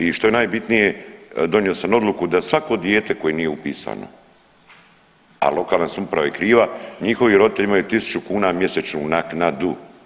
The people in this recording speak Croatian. I što je najbitnije donio sam odluku da svako dijete koje nije upisano, a lokalna samouprava je kriva, njihovi roditelji imaju tisuću kuna mjesečnu naknadu.